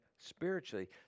Spiritually